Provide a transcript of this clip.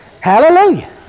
Hallelujah